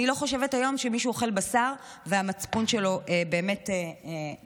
אני לא חושבת היום שמישהו אוכל בשר והמצפון שלו באמת נקי.